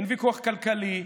אין ויכוח כלכלי,